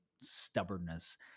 Stubbornness